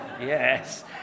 Yes